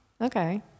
Okay